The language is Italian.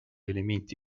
elementi